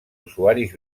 usuaris